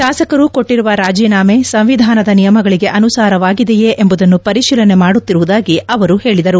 ಶಾಸಕರು ಕೊಟ್ಟಿರುವ ರಾಜಿನಾಮೆ ಸಂವಿಧಾನದ ನಿಯಮಗಳಿಗೆ ಅನುಸಾರವಾಗಿದೆಯೇ ಎಂಬುದನ್ನು ಪರಿಶೀಲನೆ ಮಾಡುತ್ತಿರುವುದಾಗಿ ಅವರು ಹೇಳಿದರು